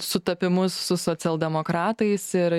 sutapimus su socialdemokratais ir